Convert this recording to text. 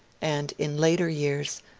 and in later years,